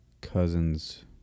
cousin's